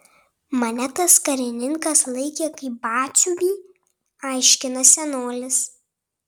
mane tas karininkas laikė kaip batsiuvį aiškina senolis